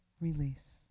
release